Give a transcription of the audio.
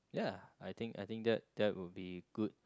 ya I think I think that that would be good